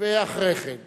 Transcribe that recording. אחרי כן,